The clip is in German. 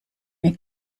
mir